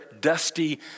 dusty